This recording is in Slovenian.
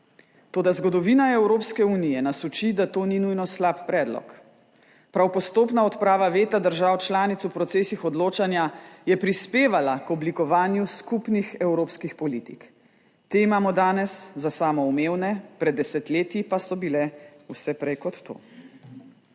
toda zgodovina Evropske unije nas uči, da to ni nujno slab predlog. Prav postopna odprava veta držav članic v procesih odločanja je prispevala k oblikovanju skupnih evropskih politik. Te imamo danes za samoumevne, pred desetletji pa so bile vse prej kot to.